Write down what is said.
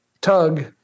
tug